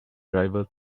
driver